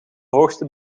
hoogste